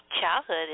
childhood